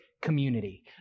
Community